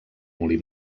molí